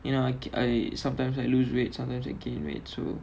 you know I I sometimes I lose weight sometimes I gain weight so